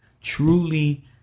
truly